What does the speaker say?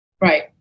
Right